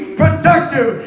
productive